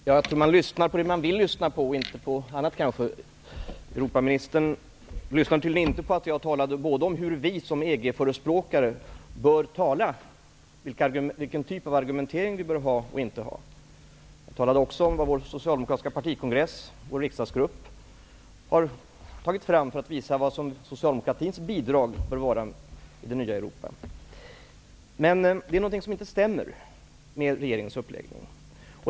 Herr talman! Jag tror att man lyssnar på det man vill lyssna på och inte på annat. Europaministern lyssnade tydligen inte på att jag talade både om hur vi som EG-förespråkare bör tala, vilken typ av argumentering vi bör ha och inte ha, och om vad vår partikongress och vår riksdagsgrupp har tagit fram för att visa vilket socialdemokratins bidrag i det nya Europa bör vara. Det är något som inte stämmer med regeringens uppläggning.